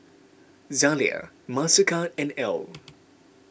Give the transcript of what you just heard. Zalia Mastercard and Elle